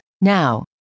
Now